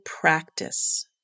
practice